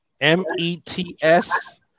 M-E-T-S